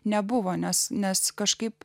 nebuvo nes nes kažkaip